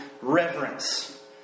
reverence